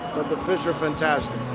the fish are fantastic.